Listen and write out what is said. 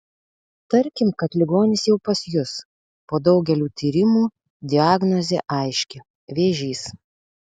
tarkim kad ligonis jau pas jus po daugelio tyrimų diagnozė aiški vėžys